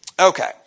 Okay